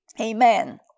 Amen